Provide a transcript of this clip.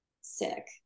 sick